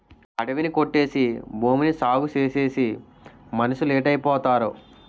అడివి ని కొట్టేసి భూమిని సాగుచేసేసి మనుసులేటైపోతారో